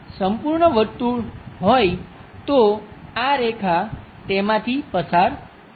જો આ સંપૂર્ણ વર્તુળ હોય તો આ રેખા તેમાંથી પસાર થાય છે